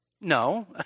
No